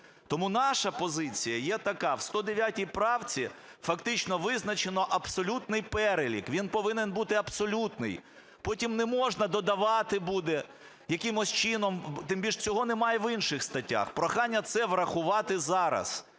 Тому наша позиція є така: у 109 правці фактично визначено абсолютний перелік, він повинен бути абсолютний. Потім неможна додавати буде якимось чином, тим більше цього немає в інших статтях. Прохання це врахувати зараз.